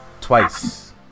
twice